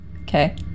Okay